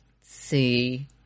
see